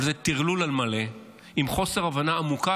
אבל זה טרלול על מלא עם חוסר הבנה עמוקה.